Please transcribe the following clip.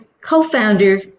co-founder